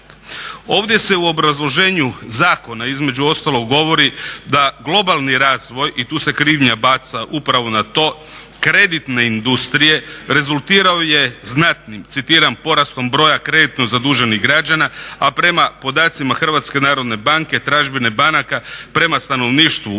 Ovdje se u obrazloženju zakona između ostalog govori da globalni razvoj, i tu se krivnja baca upravo na to kreditne industrije rezultirao je znatnim "porastom broj kreditno zaduženih građana, a prema podacima HNB-a tražbine banaka prema stanovništvu